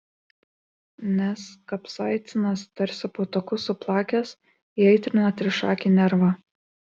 nes kapsaicinas tarsi botagu suplakęs įaitrina trišakį nervą